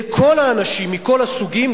לכל האנשים מכל הסוגים,